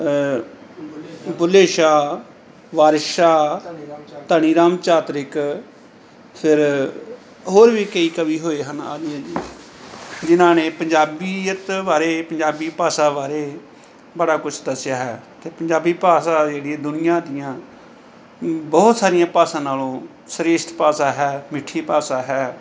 ਬੁੱਲੇ ਸ਼ਾਹ ਵਾਰਿਸ ਸ਼ਾਹ ਧਨੀ ਰਾਮ ਚਾਤਰਿਕ ਫਿਰ ਹੋਰ ਵੀ ਕਈ ਕਵੀ ਹੋਏ ਹਨ ਜਿਹਨਾਂ ਨੇ ਪੰਜਾਬੀਅਤ ਬਾਰੇ ਪੰਜਾਬੀ ਭਾਸ਼ਾ ਬਾਰੇ ਬੜਾ ਕੁਝ ਦੱਸਿਆ ਹੈ ਅਤੇ ਪੰਜਾਬੀ ਭਾਸ਼ਾ ਜਿਹੜੀ ਦੁਨੀਆਂ ਦੀਆਂ ਬਹੁਤ ਸਾਰੀਆਂ ਭਾਸ਼ਾ ਨਾਲੋਂ ਸ੍ਰੇਸ਼ਟ ਭਾਸ਼ਾ ਹੈ ਮਿੱਠੀ ਭਾਸ਼ਾ ਹੈ